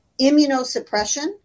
immunosuppression